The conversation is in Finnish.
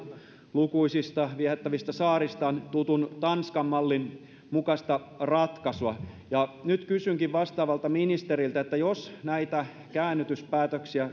lukuisista viehättävistä saaristaan tutun tanskan mallin mukaista ratkaisua nyt kysynkin vastaavalta ministeriltä jos näitä käännytyspäätöksen